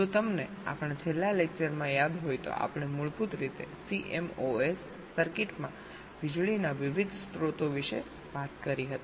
જો તમને આપણાં છેલ્લા લેક્ચરમાં યાદ હોય તો આપણે મૂળભૂત રીતે CMOS સર્કિટમાં વીજળીના વિવિધ સ્ત્રોતો વિશે વાત કરી હતી